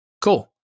Cool